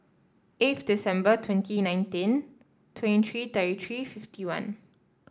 eighth December twenty nineteen twenty three thirty three fifty one